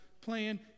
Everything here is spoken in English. plan